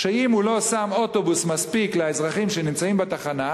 שאם הוא לא שם אוטובוס שיספיק לאזרחים שנמצאים בתחנה,